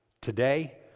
Today